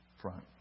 front